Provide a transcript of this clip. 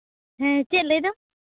ᱦᱮᱸ ᱪᱮᱫ ᱞᱟᱹᱭ ᱮᱫᱟᱢ